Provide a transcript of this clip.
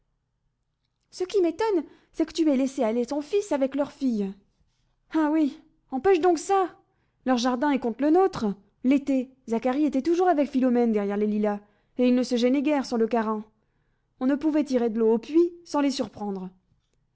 ce qui m'étonne c'est que tu aies laissé aller ton fils avec leur fille ah oui empêche donc ça leur jardin est contre le nôtre l'été zacharie était toujours avec philomène derrière les lilas et ils ne se gênaient guère sur le carin on ne pouvait tirer de l'eau au puits sans les surprendre